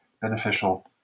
beneficial